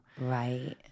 Right